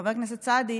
חבר הכנסת סעדי,